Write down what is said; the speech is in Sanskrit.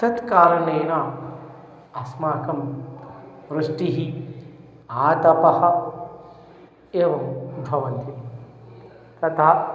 तत् कारणेन अस्माकं वृष्टिः आतपः एवं भवन्ति तथा